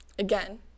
Again